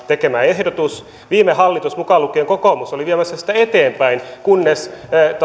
tekemä ehdotus viime hallitus mukaan lukien kokoomus oli viemässä sitä eteenpäin kunnes